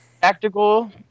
Tactical